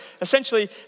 essentially